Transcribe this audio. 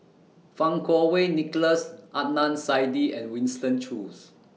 Fang Kuo Wei Nicholas Adnan Saidi and Winston Choos